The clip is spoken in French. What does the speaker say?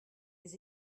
les